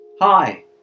Hi